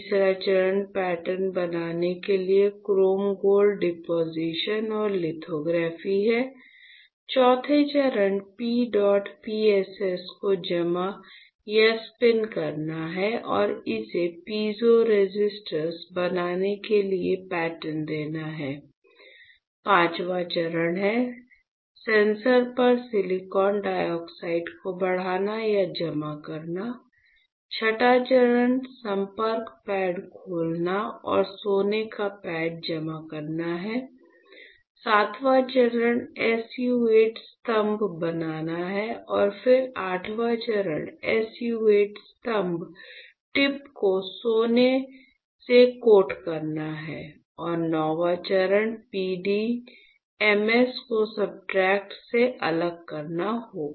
तीसरा चरण पैटर्न बनाने के लिए क्रोम गोल्ड डिपोजिशन और लिथोग्राफी है चौथे चरण P डॉट PSS को जमा या स्पिन करना है और इसे पीजो रेसिस्टर्स बनाने के लिए पैटर्न देना है पांचवां चरण है सेंसर पर सिलिकॉन डाइऑक्साइड को बढ़ाना या जमा करना छठा चरण संपर्क पैड खोलना और सोने का पैड जमा करना है सातवां चरण SU 8 स्तंभ बनाना है और फिर आठवां चरण SU 8 स्तंभ टिप को सोने से कोट करना है और नौवां चरण PDMS को सब्सट्रेट से अलग करना होगा